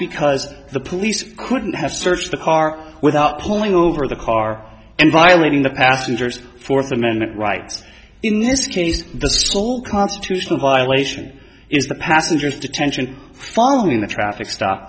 because the police couldn't have searched the car without pulling over the car and violating the passenger's fourth amendment rights in this case the sole constitutional violation is the passenger's detention following the traffic stop